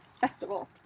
festival